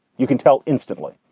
you can tell instantly.